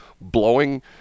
blowing